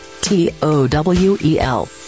T-O-W-E-L